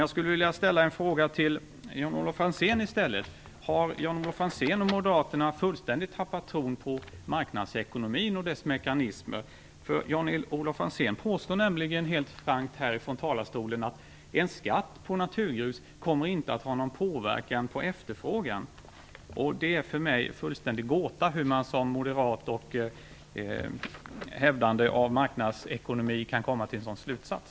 Jag skulle vilja ställa en fråga till Jan-Olof Franzén: Har Jan-Olof Franzén och Moderaterna fullständigt tappat tron på marknadsekonomin och dess mekanismer? Jan-Olof Franzén påstår nämligen helt frankt från talarstolen att en skatt på naturgrus inte kommer att ha någon påverkan på efterfrågan. Det är för mig en fullständig gåta hur man som moderat och hävdande av maknadsekonomi kan komma till en sådan slutsats.